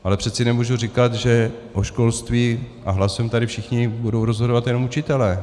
Ale přece nemohu říkat, že o školství, a hlasujeme tady všichni, budou rozhodovat jenom učitelé.